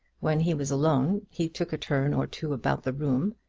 when he was alone he took a turn or two about the room,